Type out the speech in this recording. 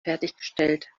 fertiggestellt